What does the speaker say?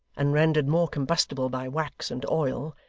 and rendered more combustible by wax and oil,